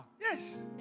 Yes